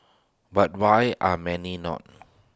but why are many not